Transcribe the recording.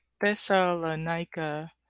Thessalonica